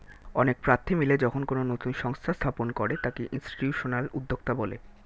অনেক প্রার্থী মিলে যখন কোনো নতুন সংস্থা স্থাপন করে তাকে ইনস্টিটিউশনাল উদ্যোক্তা বলে